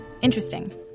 Interesting